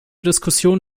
diskussion